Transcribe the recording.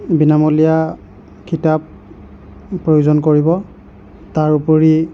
বিনামূলীয়া কিতাপ প্ৰয়োজন কৰিব তাৰ উপৰি